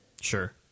Sure